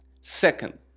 second